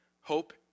Hope